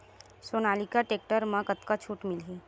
Sonalika tractor म कतका छूट मिलही?